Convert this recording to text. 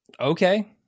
Okay